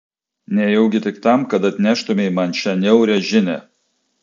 nejaugi tik tam kad atneštumei man šią niaurią žinią